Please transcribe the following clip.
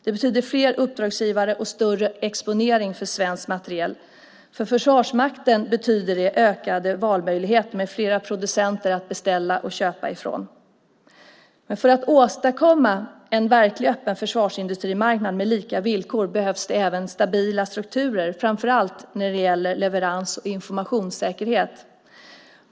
Det betyder fler uppdragsgivare och större exponering för svensk materiel. För Försvarsmakten betyder det ökade valmöjligheter med flera producenter att beställa och köpa ifrån. För att åstadkomma en verklig, öppen försvarsindustrimarknad med lika villkor behövs det även stabila strukturer, framför allt när det gäller leverans och informationssäkerhet.